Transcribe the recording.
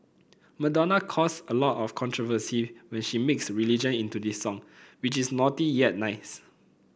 Madonna caused a lot of controversy when she mixed religion into this song which is naughty yet nice